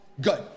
Good